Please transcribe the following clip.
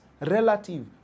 relative